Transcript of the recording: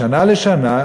משנה לשנה,